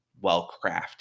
well-crafted